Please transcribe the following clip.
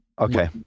Okay